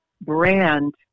brand